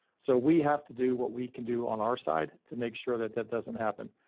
so we have to do what we can do on our side to make sure that that doesn't happen.